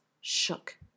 shook